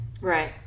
Right